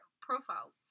profile